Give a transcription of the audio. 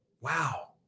Wow